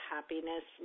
Happiness